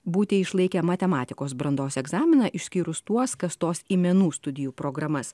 būti išlaikę matematikos brandos egzaminą išskyrus tuos kas stos į menų studijų programas